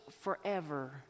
forever